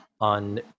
on